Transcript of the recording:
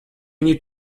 need